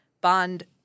Bond